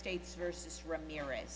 states versus ramirez